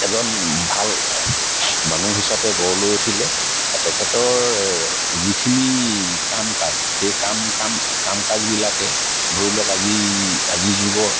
এজন ভাল মানুহ হিচাপে গঢ় লৈ উঠিলে আৰু তেখেতৰ যিখিনি কাম কাজ সেই কাম কাম কাম কাজবিলাকে ধৰি লওক আজি আজিৰ যুগৰ